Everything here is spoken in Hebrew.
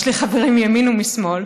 יש לי חברים מימין ומשמאל,